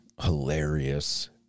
hilarious